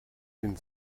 den